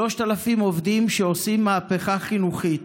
3,000 עובדים שעושים מהפכה חינוכית.